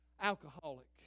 alcoholic